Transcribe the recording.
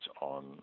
on